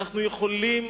אנחנו יכולים